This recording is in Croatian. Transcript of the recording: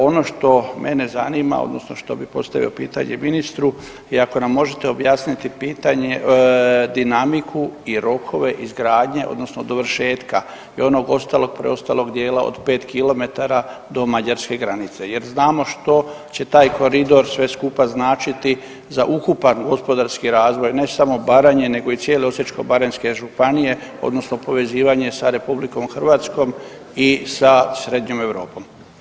Ono što mene zanima odnosno što bih postavio pitanje ministru i ako nam možete objasniti pitanje, dinamiku i rokove izgradnje odnosno dovršetka i onog ostalog, preostalog dijela od 5 kilometara do Mađarske granice jer znamo što će taj koridor sve skupa značiti za ukupan gospodarski razvoj ne samo Baranje nego i cijele Osječko-baranjske županije odnosno povezivanje sa RH i sa Srednjom Europom.